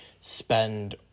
spend